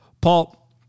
Paul